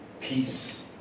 peace